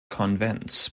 konvents